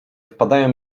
wpadają